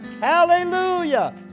Hallelujah